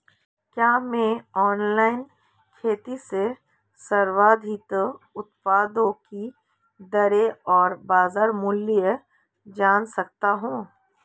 क्या मैं ऑनलाइन खेती से संबंधित उत्पादों की दरें और बाज़ार मूल्य जान सकता हूँ?